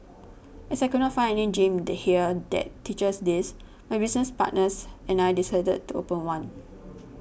as I could not find any gym the here that teaches this my business partners and I decided to open one